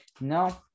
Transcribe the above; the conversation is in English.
No